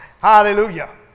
Hallelujah